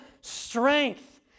strength